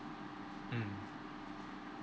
mm